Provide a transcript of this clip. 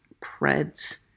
Preds